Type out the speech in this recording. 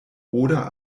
oder